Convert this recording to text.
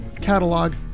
catalog